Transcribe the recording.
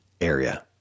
area